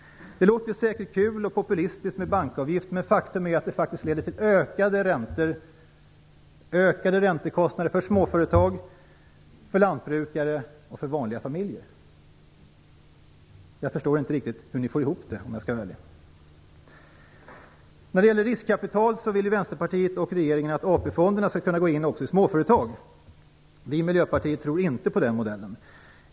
Det låter säkert kul och populistiskt med bankavgift, men faktum är att den leder till ökade räntekostnader för småföretag, för lantbrukare och för vanliga familjer. Jag förstår inte riktigt hur ni får ihop det, om jag skall vara ärlig. När det gäller riskkapital vill Vänsterpartiet och regeringen att AP-fonderna skall kunna gå in också i småföretag. Vi i Miljöpartiet tror inte på den modellen.